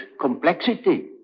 complexity